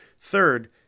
Third